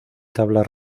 tabla